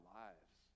lives